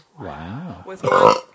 Wow